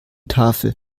tafel